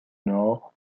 nord